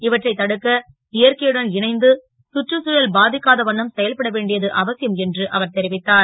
இவற்றை தடுக்க இயற்கையுடன் இணைந்து சுற்றுச்தழல் பா க்காத வண்ணம் செயல்பட வேண்டியது அவசியம் என்று அவர் தெரிவித்தார்